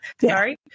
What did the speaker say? sorry